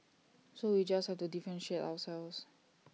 so we just have to differentiate ourselves